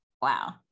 Wow